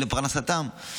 לפרנסתם,